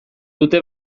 dute